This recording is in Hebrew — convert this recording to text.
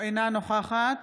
אינה נוכחת